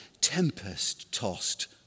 tempest-tossed